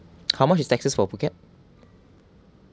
how much is taxes for phuket